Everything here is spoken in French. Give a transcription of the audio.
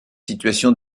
situation